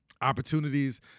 opportunities